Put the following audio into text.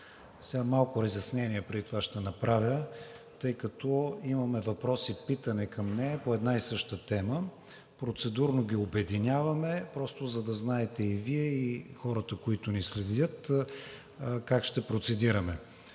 малко разяснения, тъй като имаме въпрос и питане към нея по една и съща тема. Процедурно ги обединяваме, просто за да знаете и Вие, и хората, които ни следят, как ще процедираме.